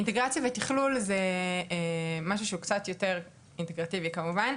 אינטגרציה בתכלול הוא משהו שהוא קצת יותר אינטגרטיבי כמובן,